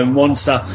monster